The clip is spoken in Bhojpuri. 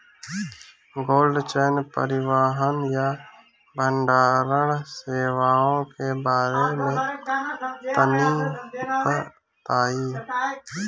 कोल्ड चेन परिवहन या भंडारण सेवाओं के बारे में तनी बताई?